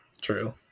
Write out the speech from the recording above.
True